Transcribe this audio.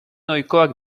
ohikoak